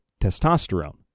testosterone